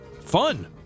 fun